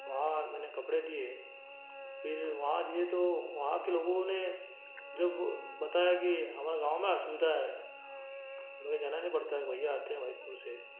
वहाँ मैंने कपड़े दिए फिर वहाँ दिए तो वहाँ के लोगों ने जब बताया कि हमारा गाँव में असुविधा है हमें जाना नहीं पड़ता भैया आते हैं मनिकपुर से